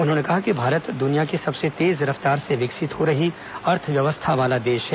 उन्होंने कहा कि भारत दुनिया की सबसे तेज रफ्तार से विकसित हो रही अर्थव्यवस्ध्था वाला देश है